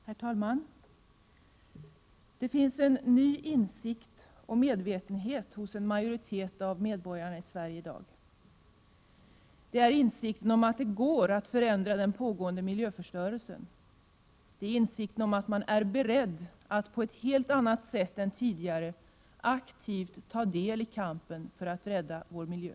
| Herr talman! Det finns en ny insikt och medvetenhet hos en majoritet av medborgarna i Sverige i dag. Det är insikten om att det går att förändra den pågående miljöförstörelsen. Det är insikten om att vi, på ett helt annat sätt än tidigare, har en beredskap att aktivt ta del i kampen för att rädda vår miljö.